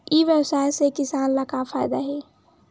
ई व्यवसाय से किसान ला का फ़ायदा हे?